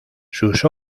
sus